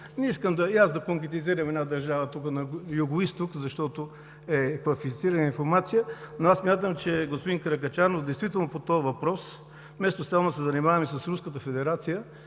не искам да конкретизирам една държава на югоизток, защото е класифицирана информация, но смятам, господин Каракачанов, че действително по този въпрос, вместо само да се занимаваме с Руската федерация,